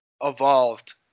evolved